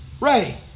Ray